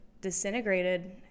disintegrated